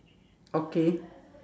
okay